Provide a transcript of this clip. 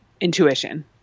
intuition